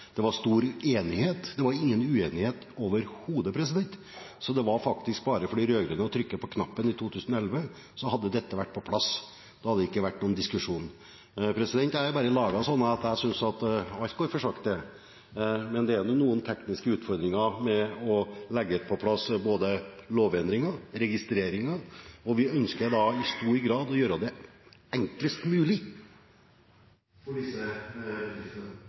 Det var stor enighet, det var overhodet ingen uenighet, så for de rød-grønne var det faktisk bare å trykke på knappen i 2011, og så hadde dette vært på plass. Da hadde det ikke vært noen diskusjon. Jeg er laget slik at jeg synes at alt går for sakte, men det er noen tekniske utfordringer med å få på plass både lovendringer og registreringer, og vi ønsker i stor grad å gjøre det enklest mulig